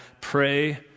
Pray